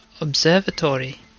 observatory